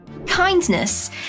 Kindness